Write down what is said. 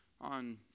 on